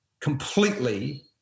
completely